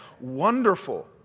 wonderful